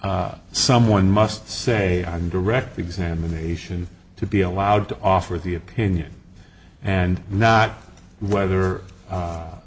someone must say i'm directly examination to be allowed to offer the opinion and not whether